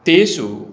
तेषु